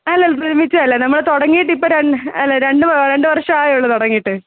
അല്ലല്ലാ തുരുമ്പിച്ചതല്ലാ നമ്മൾ തുടങ്ങിട്ടിപ്പോൾ രണ്ട് അല്ല രണ്ട് രണ്ട് വർഷം ആയുള്ളു തുടങ്ങീട്ട്